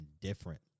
different